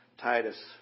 Titus